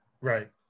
Right